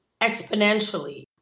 exponentially